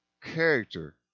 Character